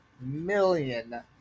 million